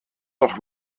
nach